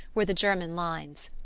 were the german lines.